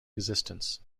existence